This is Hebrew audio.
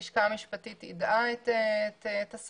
הלשכה המשפטית יידעה את השרה,